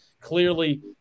clearly